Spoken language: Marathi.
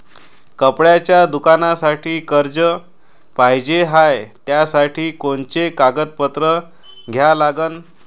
कपड्याच्या दुकानासाठी कर्ज पाहिजे हाय, त्यासाठी कोनचे कागदपत्र द्या लागन?